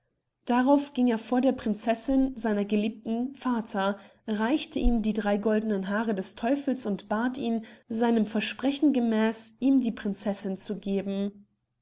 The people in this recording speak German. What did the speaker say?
darauf ging er vor der prinzessin seiner geliebten vater reichte ihm die drei goldenen haare des teufels und bat ihn seinem versprechen gemäß ihm die prinzessin zu geben